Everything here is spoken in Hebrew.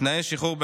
תנאי שחרור בערובה),